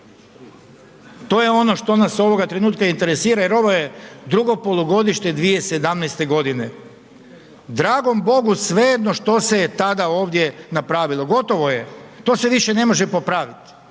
To je ono što nas ovoga trenutka interesira jer ovo je drugo polugodište 2017. godine. Dragom Bogu svejedno što se je tada ovdje napravilo, gotovo je, to se više ne može popraviti.